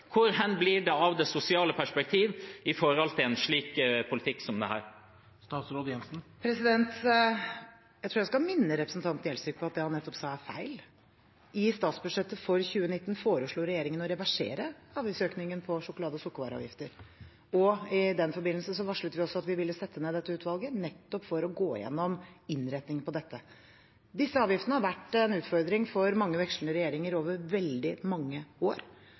Hvor hen blir det av det sosiale perspektiv med en slik politikk som dette? Jeg tror jeg skal minne representanten Gjelsvik på at det han nettopp sa, er feil. I statsbudsjettet for 2019 foreslo regjeringen å reversere avgiftsøkningen på sjokolade- og sukkervarer, og i den forbindelse varslet vi også at vi ville sette ned dette utvalget, nettopp for å gå gjennom innretningen på dette. Disse avgiftene har vært en utfordring for mange vekslende regjeringer over veldig mange år.